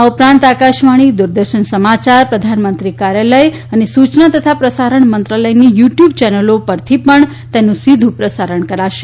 આ ઉપરાંત આકાશવાણી દૂરદર્શન સમાચાર પ્રધાનમંત્રી કાર્યાલય અને સૂચના તથા પ્રસારણ મંત્રાલયની યુ ટ્યૂબ ચેનલો પરથી પણ તેનું સીધુ પ્રસારણ કરાશે